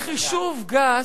בחישוב גס,